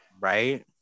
right